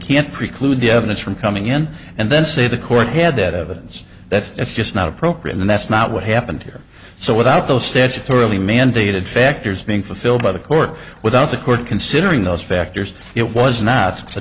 can't preclude the evidence from coming in and then say the court had that evidence that's it's just not appropriate and that's not what happened here so without those statutorily mandated factors being fulfilled by the court without the court considering those factors it was not